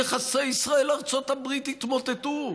יחסי ישראל ארצות הברית יתמוטטו,